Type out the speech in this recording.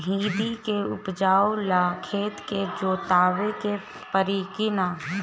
भिंदी के उपजाव ला खेत के जोतावे के परी कि ना?